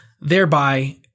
thereby